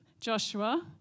Joshua